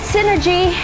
Synergy